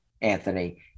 Anthony